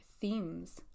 themes